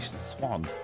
Swan